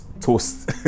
toast